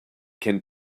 can